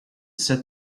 set